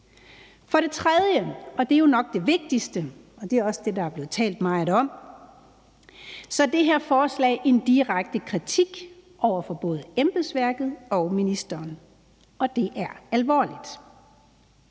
For det tredje, og det er jo nok det vigtigste, og det er også det, der er blevet talt meget om, er det her forslag en direkte kritik i forhold til både embedsværket og ministeren, og det er alvorligt.